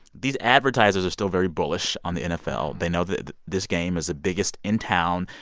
these advertisers are still very bullish on the nfl. they know that this game is the biggest in town.